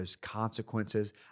consequences